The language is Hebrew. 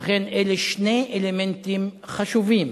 לכן, אלה שני אלמנטים חשובים